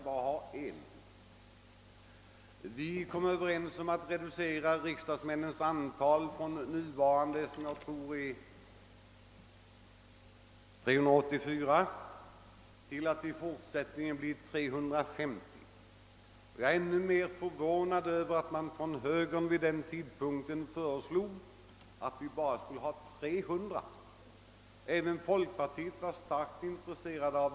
Likaså enades vi om att reducera antalet riksdagsmän från nuvarande 384 till 350. Jag var den gången mycket förvånad över att man från högerhåll föreslog att antalet riksdagsledamöter bara skulle vara 300, ett förslag som man även inom folkpartiet var starkt intresserad av.